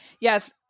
Yes